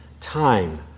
time